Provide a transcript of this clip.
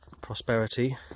prosperity